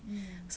mm